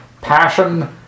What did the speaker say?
passion